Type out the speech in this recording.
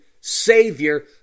Savior